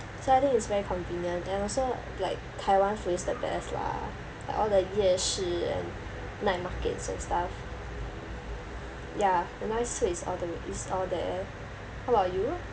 so I think it's very convenient and also like taiwan food is the best lah like all the 夜市 and night markets and stuff ya the nice food is all the is all there how about you